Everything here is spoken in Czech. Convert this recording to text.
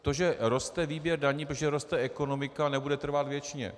To, že roste výběr daní, protože roste ekonomika, nebude trvat věčně.